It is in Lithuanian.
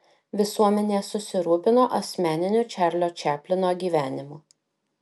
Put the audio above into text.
visuomenė susirūpino asmeniniu čarlio čaplino gyvenimu